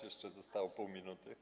Jeszcze zostało pół minuty.